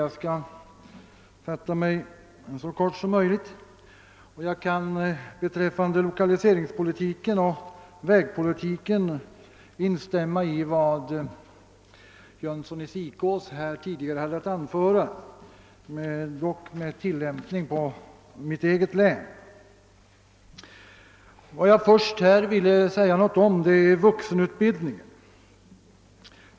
Jag skall fatta mig så kort som möjligt. Jag kan beträffande lokaliseringspolitiken och vägpolitiken instämma i vad herr Jönsson i Ingemarsgården tidigare hade att anföra, dock med tillämpning på mitt eget län. Vad jag först ville säga något om gäller vuxenutbildningen.